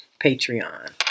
Patreon